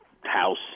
house